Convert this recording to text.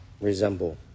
resemble